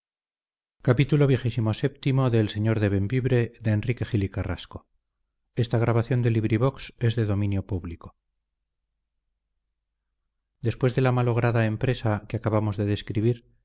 después de la malograda empresa que acabamos de describir